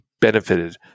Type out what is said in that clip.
benefited